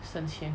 省钱